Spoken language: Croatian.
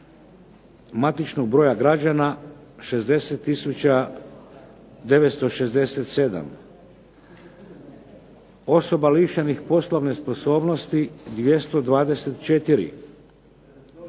matičnog broja građana 60967, osoba lišenih poslovne sposobnosti 224,